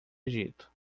egito